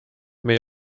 meie